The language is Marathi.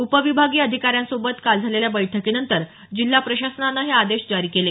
उपविभागीय अधिकाऱ्यांसोबत काल झालेल्या बैठकीनंतर जिल्हा प्रशासनानं हे आदेश जारी केले